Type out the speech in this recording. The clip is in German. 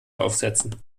aufsetzen